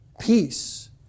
Peace